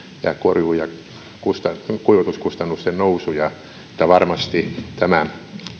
ja korjuu ja kuivatuskustannusten nousuja että varmasti tämä